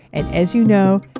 and as you know,